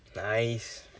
nice